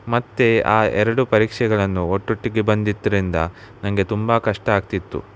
ಮತ್ತೆ ಆ ಎರಡು ಪರೀಕ್ಷೆಗಳನ್ನು ಒಟ್ಟೊಟ್ಟಿಗೆ ಬಂದಿದ್ರಿಂದ ನನಗೆ ತುಂಬ ಕಷ್ಟ ಆಗ್ತಿತ್ತು